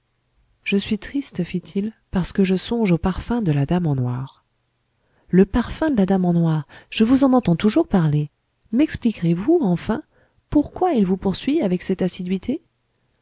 je suis triste fit-il parce que je songe au parfum de la dame en noir le parfum de la dame en noir je vous en entends toujours parler mexpliquerez vous enfin pourquoi il vous poursuit avec cette assiduité